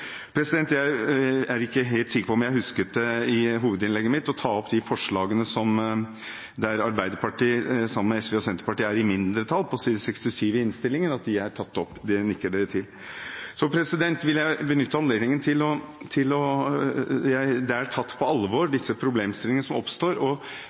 håper jeg at det blir det. Jeg er ikke helt sikker på om jeg i hovedinnlegget mitt husket å ta opp mindretallsforslagene fra Arbeiderpartiet, SV og Senterpartiet på side 67 i innstillingen. Det nikkes det til. Jeg vil benytte anledningen til å si at problemene som oppstår, er tatt på alvor.